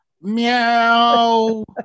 Meow